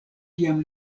kiam